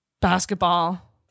basketball